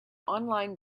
online